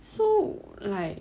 so like